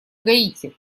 гаити